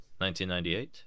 1998